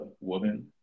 woman